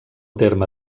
terme